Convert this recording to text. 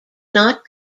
not